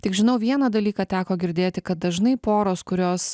tik žinau vieną dalyką teko girdėti kad dažnai poros kurios